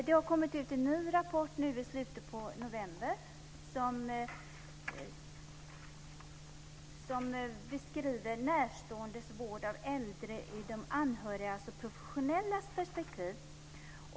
Det kom ut en ny rapport i slutet av november som beskriver närståendes vård av äldre i de anhörigas och professionellas perspektiv.